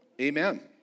amen